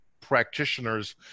practitioners